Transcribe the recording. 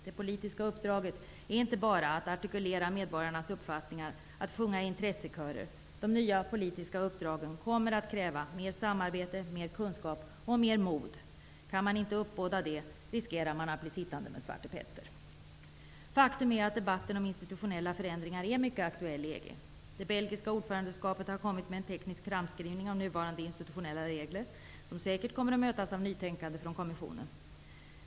Det politiska uppdraget är inte enbart att artikulera medborgarnas uppfattningar och att sjunga i intressekörer. De nya politiska uppdragen kommer att kräva mer samarbete, mer kunskap och mer mod. Kan man inte uppbåda det riskerar man att bli sittande med Svarte Petter. Faktum är att debatten om institutionella förändringar är mycket aktuell i EG. Det belgiska ordförandeskapet har kommit med en teknisk framskrivning av nuvarande institutionella regler som säkert kommer att mötas av nytänkande från kommissionen.